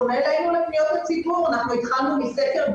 פניות הציבור ואם זה בסדר אני אשתף את המסך של המצגת